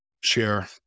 share